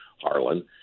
Harlan